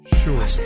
Sure